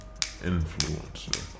influencer